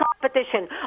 competition